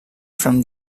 from